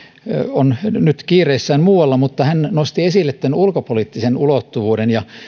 on nyt kiireissään muualla mutta hän nosti esille tämän ulkopoliittisen ulottuvuuden ja